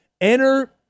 Enter